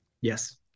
Yes